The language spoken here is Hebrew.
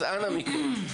אז אנא מכם.